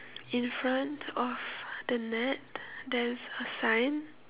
in front of the net there's a sign